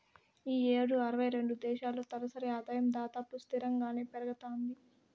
ఈ యేడు అరవై రెండు దేశాల్లో తలసరి ఆదాయం దాదాపు స్తిరంగానే పెరగతాంది